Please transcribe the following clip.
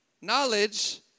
knowledge